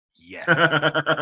Yes